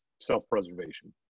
self-preservation